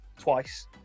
twice